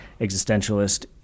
existentialist